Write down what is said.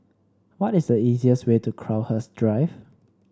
what is the easiest way to Crowhurst Drive